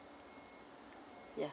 ya